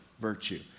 virtue